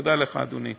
תודה לך, אדוני.